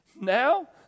Now